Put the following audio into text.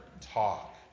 talk